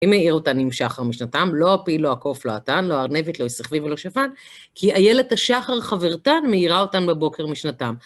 מי מאיר אותם עם שחר משנתם, לא הפיל, לא הקוף, לא התן, לא הארנבת, לא השכוי ולא שפן, כי איילת השחר חברתן מאירה אותן בבוקר משנתם.